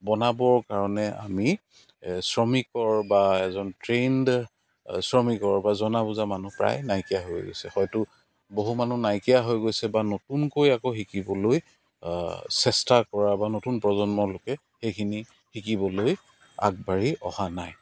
বনাবৰ কাৰণে আমি শ্ৰমিকৰ বা এজন ট্ৰেইণ্ড শ্ৰমিকৰ বা জনা বুজা মানুহ প্ৰায় নাইকিয়া হৈ গৈছে হয়তো বহু মানুহ নাইকিয়া হৈ গৈছে বা নতুনকৈ আকৌ শিকিবলৈ চেষ্টা কৰা বা নতুন প্ৰজন্ম লৈকে সেইখিনি শকিবলৈ আগবাঢ়ি অহা নাই